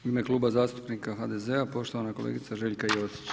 U ime Kluba zastupnika HDZ-a poštovana kolegica Željka Josić.